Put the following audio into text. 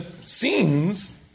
scenes